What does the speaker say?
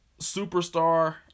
superstar